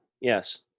yes